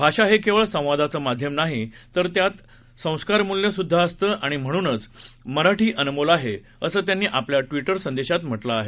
भाषा हे केवळ संवादाचं माध्यम नाही तर तर त्यात संस्कारमूल्य सुद्धा असतं आणि म्हणूनच मराठी अनमोल आहे असं त्यांनी आपल्या ट्विटर संदेशात म्हटलं आहे